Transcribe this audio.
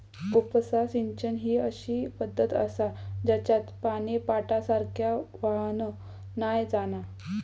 उपसा सिंचन ही अशी पद्धत आसा जेच्यात पानी पाटासारख्या व्हावान नाय जाणा